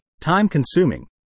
time-consuming